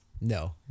No